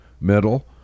middle